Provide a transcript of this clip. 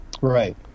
right